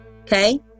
okay